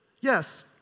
yes